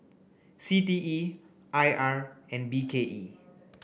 C T E I R and B K E